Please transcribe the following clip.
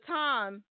time